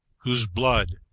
whose blood,